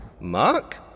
Mark